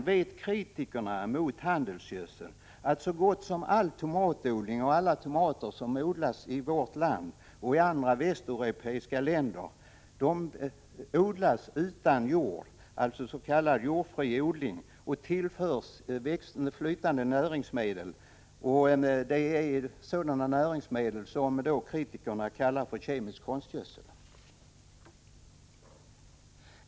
Vet kritikerna mot handelsgödsel att så gott som all tomatodling i vårt land och i andra västeuropeiska länder sker i form av jordfri odling med tillförsel av flytande näringsmedel? Det är näringsmedel som dessa kritiker kallar kemisk konstgödsel.